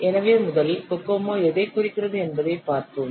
எனவே முதலில் கோகோமோ எதைக் குறிக்கிறது என்பதை பார்ப்போம்